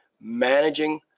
managing